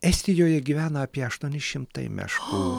estijoje gyvena apie aštuoni šimtai meškų